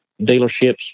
dealerships